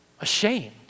Ashamed